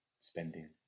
spending